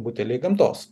buteliai gamtos